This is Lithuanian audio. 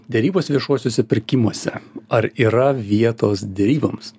derybos viešuosiuose pirkimuose ar yra vietos deryboms